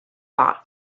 thought